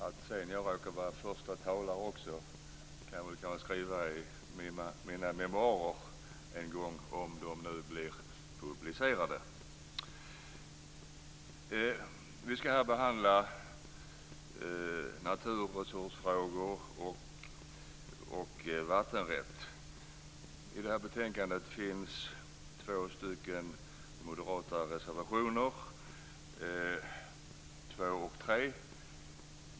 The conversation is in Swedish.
Att sedan jag råkar vara första talare kan jag skriva om i mina memoarer en gång, om de nu blir publicerade. Vi ska här behandla naturresursfrågor och vattenrätt. Till betänkandet finns två moderata reservationer, nr 2 och 3.